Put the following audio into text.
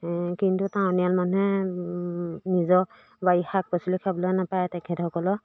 কিন্তু টাউনীয়াল মানুহে নিজৰ বাৰী শাক পাচলি খাবলৈ নাপায় তেখেতসকলৰ